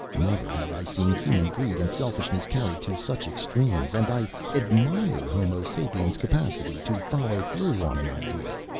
never have i seen human greed and selfishness carried to such extremes and i admire homo sapiens' capacity to follow through on an idea,